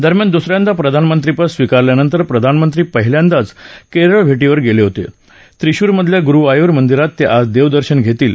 दरम्यान दूस यांदा प्रधानमंत्रीपद स्वीकारल्यानंतर प्रधानमंत्री पहिल्यांदाच क्रळ भाँचर गद्धआहृत त्रिशूरमधल्या गुरुवायूर मंदिरात तख्राज दक्षिशन घटील